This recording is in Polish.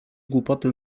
głupoty